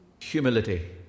humility